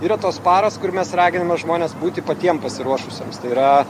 yra tos paras kur mes raginame žmones būti patiem pasiruošusiems tai yra